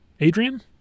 Adrian